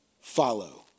follow